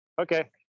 Okay